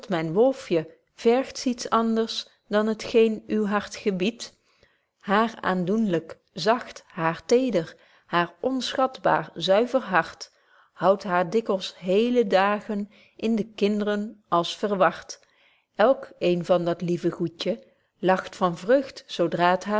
myn wolfje vergt z iets anders dan het geen uw hart gebied haar aandoenlyk zacht haar teder haar onschatbaar zuiver hart houdt haar dikwyls heele dagen in de kind'ren als verward elk een van dat lieve goedje lacht van vreugd zo dra t